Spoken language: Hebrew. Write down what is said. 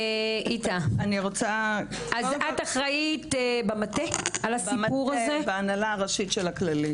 אני אחראית על זה בהנהלה הראשית של הכללית.